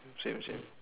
same same